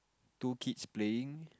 two kids playing